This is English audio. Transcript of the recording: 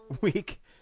week